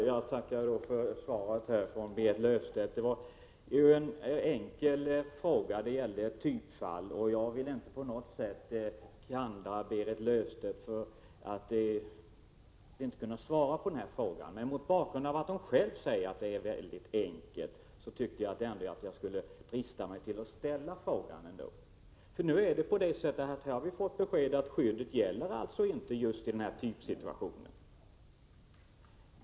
Fru talman! Jag tackar för svaret från Berit Löfstedt. Det var en enkel fråga jag ställde — det gällde ett typfall. Jag vill inte på något sätt klandra Berit Löfstedt för att hon inte kunde svara på den. Mot bakgrund av att hon själv säger att det här är enkelt tyckte jag att jag ändå skulle drista mig att ställa frågan. Det är nämligen på det sättet att vi här har fått besked om att skyddet inte gäller i just den här typsituationen.